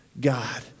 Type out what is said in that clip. God